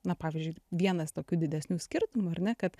na pavyzdžiui vienas tokių didesnių skirtumų ar ne kad